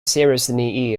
seriously